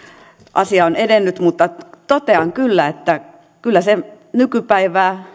asia on edennyt mutta totean kyllä että kyllä se nykypäivänä